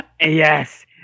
yes